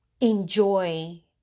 enjoy